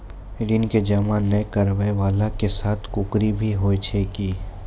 ऋण के जमा नै करैय वाला के साथ कुर्की भी होय छै कि?